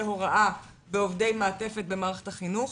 הוראה ועובדי מעטפת בנסיבות מתאימות במערכת החינוך.